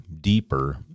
deeper